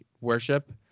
worship